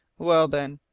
well, then,